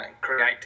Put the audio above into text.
Create